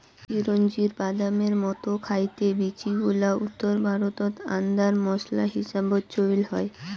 চিরোঞ্জির বাদামের মতন খাইতে বীচিগুলা উত্তর ভারতত আন্দার মোশলা হিসাবত চইল হয়